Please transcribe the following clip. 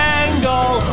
angle